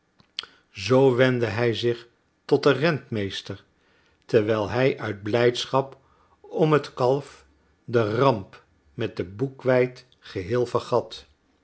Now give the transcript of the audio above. zoo wendde hij zich tot den rentmeester terwijl hij uit blijdschap om het kalf de ramp met de boekweit geheel vergat